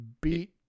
beat